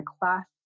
class